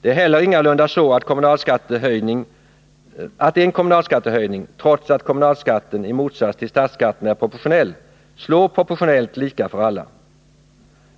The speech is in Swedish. Det är heller ingalunda så att en kommunalskattehöjning, trots att kommunalskatten i motsats till statsskatten är proportionell, slår proportionellt lika för alla.